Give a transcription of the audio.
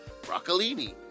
broccolini